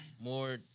more